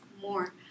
more